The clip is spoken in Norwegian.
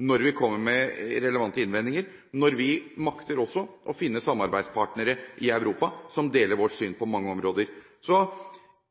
når vi kommer med relevante innvendinger, og når vi makter å finne samarbeidspartnere i Europa som deler vårt syn på mange områder. Så